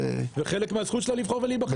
זה חלק מהזכות שלה לבחור ולהיבחר.